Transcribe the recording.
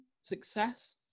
success